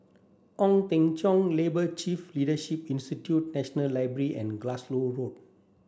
Ong Teng Cheong Labour Leadership Institute National Library and Glasgow